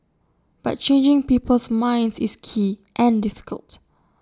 but changing people's minds is key and difficult